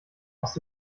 hast